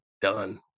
done